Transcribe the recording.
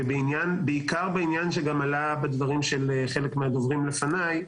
ובעיקר בעניין שעלה גם בדברים של חלק מהדוברים לפניי,